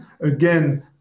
again